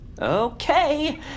Okay